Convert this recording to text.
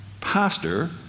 pastor